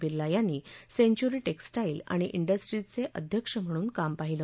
बिर्ला यांनी सेंचुरी ाउसाईल आणि इंडस्ट्रीजचे अध्यक्ष म्हणून काम पाहिलं